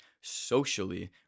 socially